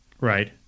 Right